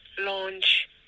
launch